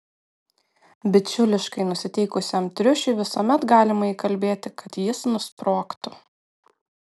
bičiuliškai nusiteikusiam triušiui visuomet galima įkalbėti kad jis nusprogtų